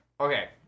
Okay